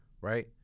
right